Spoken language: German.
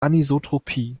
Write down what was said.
anisotropie